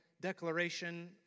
declaration